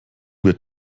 wird